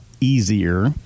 easier